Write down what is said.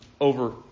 over